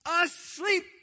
Asleep